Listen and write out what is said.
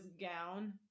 gown